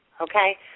Okay